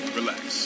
Relax